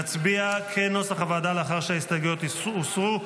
נצביע כנוסח הוועדה, לאחר שההסתייגויות הוסרו,